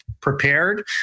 prepared